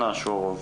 שלום.